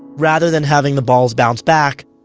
rather than having the balls bounce back,